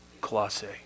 Colossae